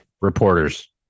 reporters